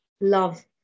love